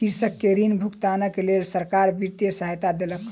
कृषक के ऋण भुगतानक लेल सरकार वित्तीय सहायता देलक